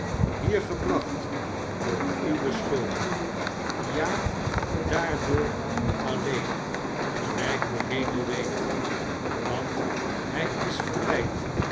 hier gebracht door uwe schuld ja daaj door alleen gelijk de hemel weet want hij is verleid